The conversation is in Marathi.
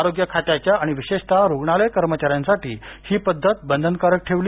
आरोग्य खात्याच्या आणि विशेषतः रुग्णालय कर्मचाऱ्यांसाठी ही पध्दत बंधनकारक ठेवली